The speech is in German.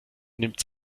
nimmt